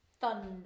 Thunder